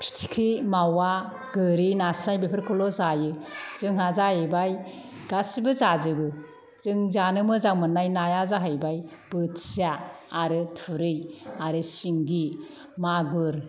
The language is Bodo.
फिथिख्रि मावा गोरि नास्राय बेफोरखौल' जायो जोंहा जाहैबाय गासिबो जाजोबो जों जानो मोजां मोननाय नाया जाहैबाय बोथिया आरो थुरि आरो सिंगि मागुर